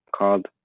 called